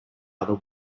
other